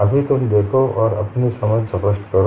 अभी तुम देखो और अपनी समझ स्पष्ट करो